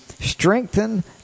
strengthen